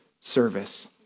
service